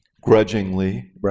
grudgingly